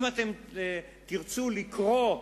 אם אתם תרצו לקרוא,